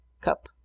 cup